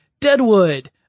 Deadwood